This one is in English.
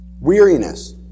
Weariness